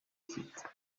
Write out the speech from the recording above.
site